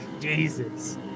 Jesus